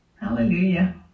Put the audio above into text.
Hallelujah